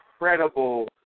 incredible